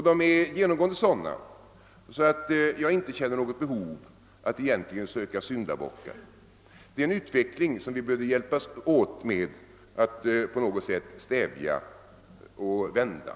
De är genomgående sådana, att jag inte känner något behov av att söka syndabockar, utan de representerar en utveckling som vi borde hjälpas åt att på något sätt stävja och vända.